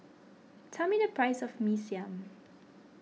tell me the price of Mee Siam